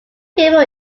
people